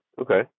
Okay